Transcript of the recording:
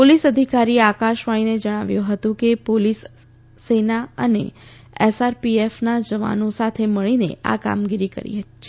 પોલીસે અધિકારીએ આકાશવાણીને જણાવ્યું હતું કે પોલીસ સેના અને સીઆરપીએફના જવાનોએ સાથે મળીને આ કામગીરી કરી છે